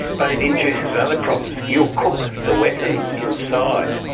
but it induces other problems. you'll cook the weapons inside.